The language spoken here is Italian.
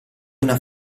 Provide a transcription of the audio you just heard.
una